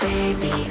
Baby